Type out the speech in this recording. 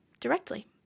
directly